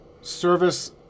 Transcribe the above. service